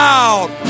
out